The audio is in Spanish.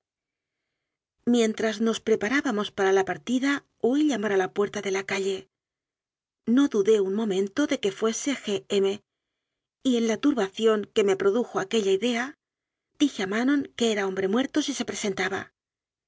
mientras nos preparábamos para la partida oí llamar a la puerta de la calle no düdé un mo mento de que fuese g m y en la turbación que me produjo aquella idea dije a manon que era hombre muerto si se presentaba